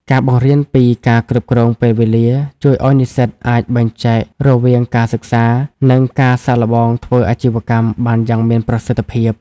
ការបង្រៀនពី "ការគ្រប់គ្រងពេលវេលា" ជួយឱ្យនិស្សិតអាចបែងចែករវាងការសិក្សា និងការសាកល្បងធ្វើអាជីវកម្មបានយ៉ាងមានប្រសិទ្ធភាព។